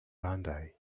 bandai